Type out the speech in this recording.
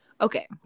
Okay